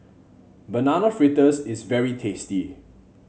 Banana Fritters is very tasty